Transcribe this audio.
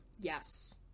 Yes